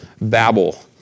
babble